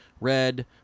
red